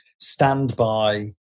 standby